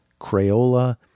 Crayola